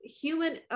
human